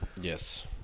yes